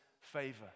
favor